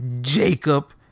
Jacob